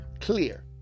clear